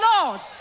Lord